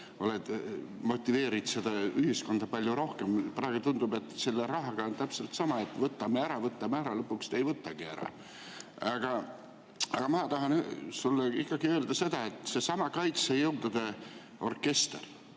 oled motiveerinud seda ühiskonda palju rohkem. Praegu tundub, et selle rahaga on täpselt sama, et võtame ära, võtame ära, aga lõpuks ei võtagi ära. Aga ma tahan sulle öelda ikkagi, et seesama kaitsejõudude orkester